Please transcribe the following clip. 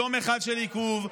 יום אחד של עיכוב.